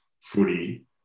footy